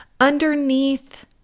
underneath